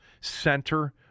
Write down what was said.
center